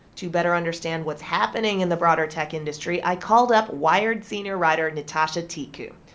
to better understand what's happening in the broader tech industry, i called up wired senior writer nitasha tiku.